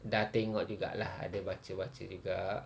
dah tengok juga lah ada baca-baca juga